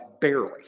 barely